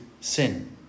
sin